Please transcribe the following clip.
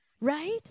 right